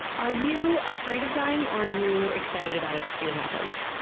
are you afraid of dying, or are you excited about it to see what happens?